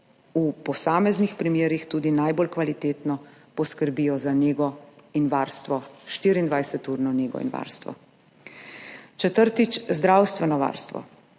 v posameznih primerih tudi najbolj kvalitetno poskrbijo za nego in varstvo, 24-urno nego in varstvo. Četrtič. Zdravstveno varstvo.